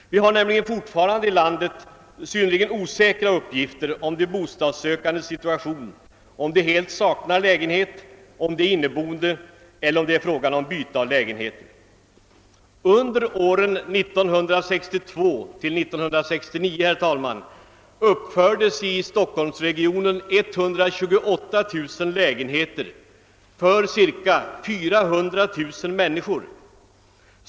Vi har nämligen fortfarande synnerligen osäkra uppgifter om de bostadssökandes situation i landet, om de helt saknar lägenhet, om de är inneboende eller det är fråga om byte av lägenhet. Under åren 1962—1969, herr talman, uppfördes i «:Storstockholmsregionen 128 000 lägenheter för ca 400 000 människor.